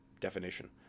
definition